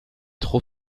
trop